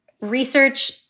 research